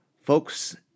Folks